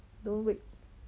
don't wait